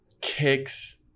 kicks